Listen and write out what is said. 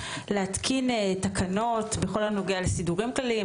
להתקין תקנות בכל הנוגע לסידורים כלליים,